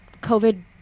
COVID